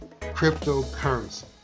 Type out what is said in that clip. cryptocurrency